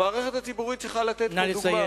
המערכת הציבורית צריכה לתת דוגמה,